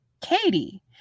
Katie